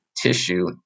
tissue